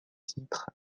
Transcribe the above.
titre